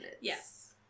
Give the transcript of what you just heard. Yes